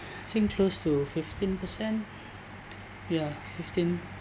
think close to fifteen percent ya fifteen